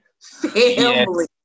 family